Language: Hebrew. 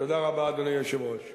תודה רבה, אדוני היושב-ראש.